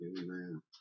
Amen